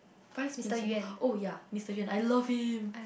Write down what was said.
vice principal oh ya Mister Yuen I love him